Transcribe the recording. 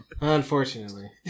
Unfortunately